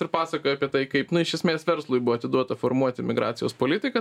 ir pasakojo apie tai kaip nu iš esmės verslui buvo atiduota formuoti migracijos politika